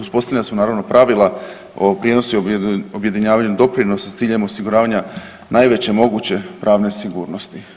Uspostavljena su naravno, pravila o prijenosu i objedinjavanju doprinosa s ciljem osiguravanja najveće moguće pravne sigurnosti.